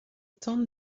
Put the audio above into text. tente